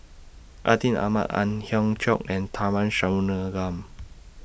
Atin Amat Ang Hiong Chiok and Tharman